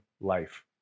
life